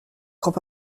crois